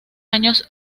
años